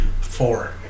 four